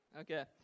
Okay